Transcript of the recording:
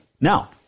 Now